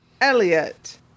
elliot